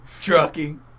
trucking